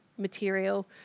material